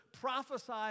prophesy